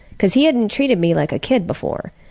because he hadn't treated me like a kid before.